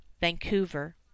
Vancouver